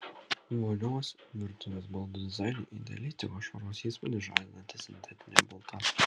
vonios virtuvės baldų dizainui idealiai tiko švaros įspūdį žadinanti sintetinė balta